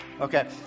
okay